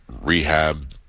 rehab